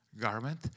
garment